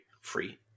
Free